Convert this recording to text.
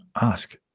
ask